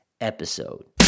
episode